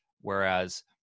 whereas